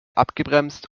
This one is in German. abgebremst